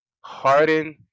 Harden